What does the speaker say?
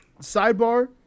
sidebar